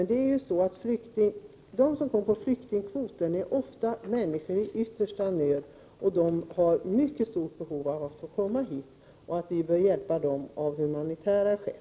De som kommer hit på flyktingkvoten är ofta människor i yttersta nöd, och de har mycket stort behov av att få komma hit. Vi bör hjälpa dem av humanitära skäl.